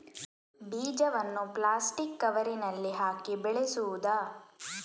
ಬೀಜವನ್ನು ಪ್ಲಾಸ್ಟಿಕ್ ಕವರಿನಲ್ಲಿ ಹಾಕಿ ಬೆಳೆಸುವುದಾ?